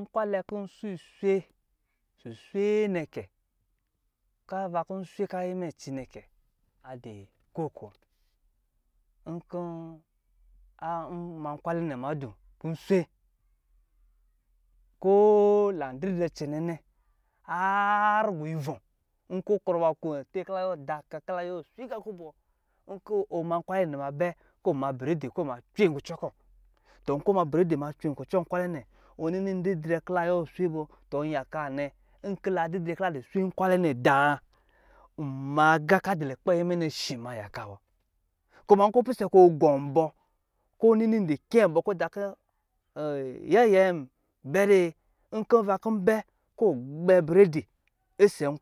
Nkwalɛ kɔ nso iswɛ suswee nɛkɛ kɔ ava kɔ nswe ka ayɛ mɛ cinɛ kɛ kok wa nkɔ ɔma. nkwalɛ nɛ na di ko landidrɛ cɛnɛnc har gɔ ivɔ ni ku kɔ layuwɔ da ka kɔ la yuwɔ swe gakɔ bɔ nkɔ ɔ me nkwa lc nɛ ma bɛ kɔ ɔma beredi kɔ ɔma cwen kucɔ kɔ-kɔ la yuwɔ swe gakubɔ nga kɔ adu nayɛ mɛ nɛ nmayaka wa kuma nkɔ pisɛ kɔ gɔn bɔ kɔ mni ndi kɛn bɔ kɔ takɔ yɛyɛ bɛ dɛ bɛ kɔ ɔgbɛ beredi ɔsɔ